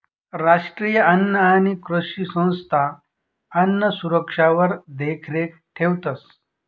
राष्ट्रीय अन्न आणि कृषी संस्था अन्नसुरक्षावर देखरेख ठेवतंस